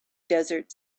desert